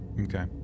Okay